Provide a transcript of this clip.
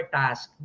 task